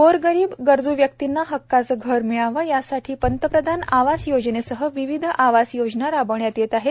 गोरगरीब गरज् व्यक्तींना हक्काचे घर मिळावे यासाठी प्रधानमंत्री आवास योजनेसह विविध आवास योजना राबविण्यात येत आहेत